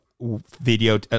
video